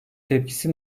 tepkisi